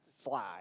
Fly